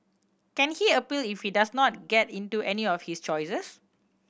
can he appeal if he does not get into any of his choices